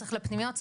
צריך לפנימיות,